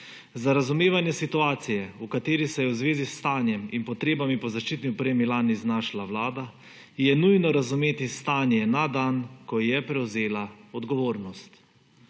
Za razumevanje situacije, v kateri se je v zvezi s stanjem in potrebami po zaščitni opremi lani znašla vlada, je nujno razumeti stanje na dan, ko je prevzela odgovornost.